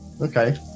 Okay